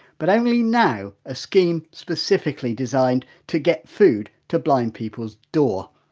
but only now a scheme specifically designed to get food to blind people's door.